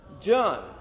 John